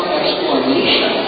explanation